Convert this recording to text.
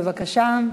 בבקשה,